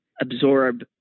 absorb